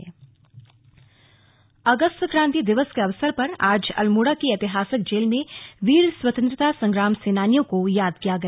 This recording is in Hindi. स्लग अगस्त क्रांति दिवस अगस्त क्रांति दिवस के अवसर पर आज अल्मोड़ा की ऐतिहासिक जेल में वीर स्वतंत्रता संग्राम सेनानियों को याद किया गया